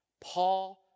Paul